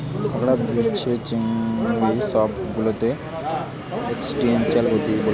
কাঁকড়া, বিছে, চিংড়ি সব মাছ গুলাকে ত্রুসটাসিয়ান বলতিছে